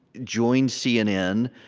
joined cnn,